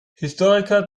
historiker